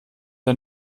der